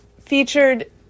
featured